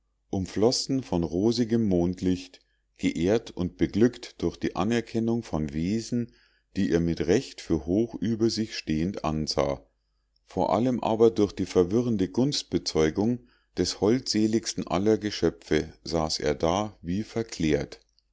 umflossen von rosigem mondlicht geehrt und beglückt durch die anerkennung von wesen die er mit recht für hoch über sich stehend ansah vor allem aber durch die verwirrende gunstbezeugung des holdseligsten aller geschöpfe saß er da wie verklärt